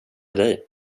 dig